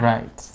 Right